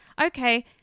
okay –